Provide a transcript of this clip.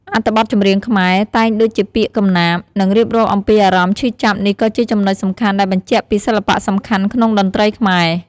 អត្ថបទចម្រៀងខ្មែរ តែងដូចជាពាក្យកំណាព្យ និងរៀបរាប់អំពីអារម្មណ៍ឈឺចាប់នេះក៏ជាចំណុចសំខាន់ដែលបញ្ជាក់ពីសិល្បៈសំខាន់ក្នុងតន្ត្រីខ្មែរ។